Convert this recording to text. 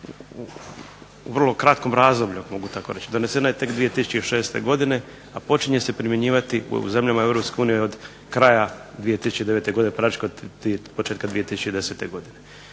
u vrlo kratkom razdoblju mogu tako reći, donesena je tek 2006. godine, a počinje se primjenjivati u zemljama EU od kraja 2009. godine praktično od 2010. godine.